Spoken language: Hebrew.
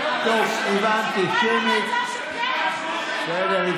הכנסת, שמית, בסדר.